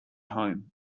home